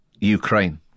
Ukraine